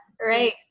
right